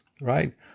right